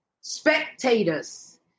spectators